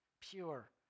pure